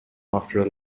after